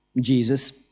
Jesus